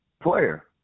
player